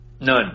None